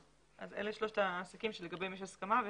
אז אלה שלושת העסקים שלגביהם יש הסכמה.